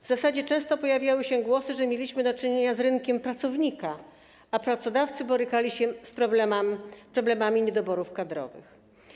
W zasadzie często pojawiały się głosy, że mieliśmy do czynienia z rynkiem pracownika, a pracodawcy borykali się z problemami niedoborów kadrowych.